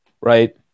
right